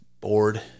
bored